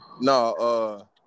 No